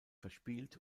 verspielt